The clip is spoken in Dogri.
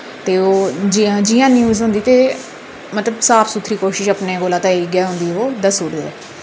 ते ओह् जि'यां जि'यां न्यूस होंदी ते मतलब साफ सुथरी कोशिश अपने कोला ते इ'यै होंदी ओह् दस्सी ओड़दे